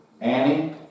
Annie